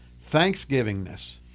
Thanksgivingness